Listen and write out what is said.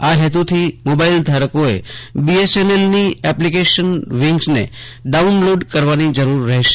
આ હેતુથી મોબાઇલધારકોએ બીએસએનએલ ની એપ્લીકેશન વીંગને ડાઉનલોડ કરવાની જરૂર રહેશે